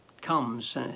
comes